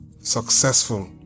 successful